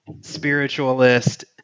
spiritualist